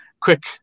quick